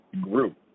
grew